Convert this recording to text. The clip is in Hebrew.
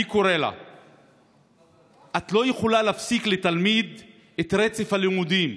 אני קורא לה: את לא יכולה להפסיק לתלמיד את רצף הלימודים.